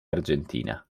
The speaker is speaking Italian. argentina